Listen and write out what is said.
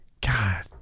God